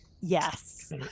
yes